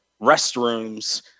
restrooms